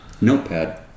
notepad